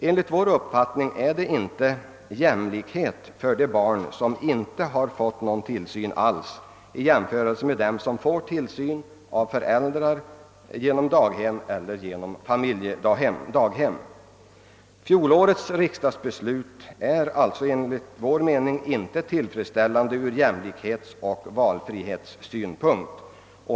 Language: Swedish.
Enligt vår uppfattning föreligger inte någon jämlikhet för de barn, som inte fått någon tillsyn alls, i jämförelse med dem som får tillsyn av föräldrar, genom daghem eller genom familjedaghem. Fjolårets riksdagsbeslut är alltså enligt vår mening inte tillfredsställande ur jämlikhetsoch valfrihetssynpunkt.